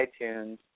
iTunes